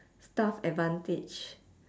staff advantage